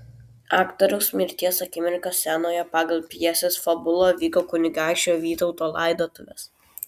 aktoriaus mirties akimirką scenoje pagal pjesės fabulą vyko kunigaikščio vytauto laidotuvės